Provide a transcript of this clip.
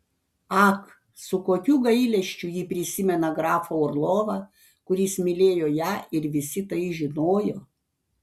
ak su kokiu gailesčiu ji prisimena grafą orlovą kuris mylėjo ją ir visi tai žinojo